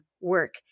work